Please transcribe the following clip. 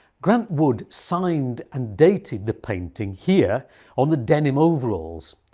grant wood signed and dated the painting here on the denim overalls,